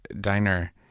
diner